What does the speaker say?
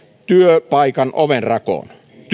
työpaikan ovenrakoon